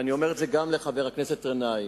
ואני אומר את זה גם לחבר הכנסת גנאים,